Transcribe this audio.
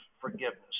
forgiveness